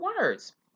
words